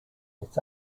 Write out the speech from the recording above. its